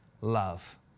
love